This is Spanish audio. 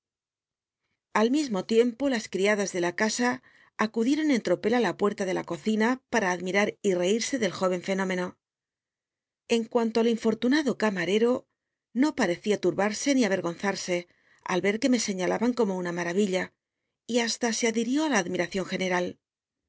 al mismo tiempo la ctiadas de la tasa acudieron en tjopcl ü la puerta de la cocina para admirar y rcirsc del jóycn fenómeno en cuanto al j infotunado cama c o no p h'ccia turhaj's ni avcrgonza se al ycr que llll eiialahan como una m uavilla hasta se hirió á la admiation general